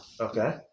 Okay